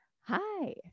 Hi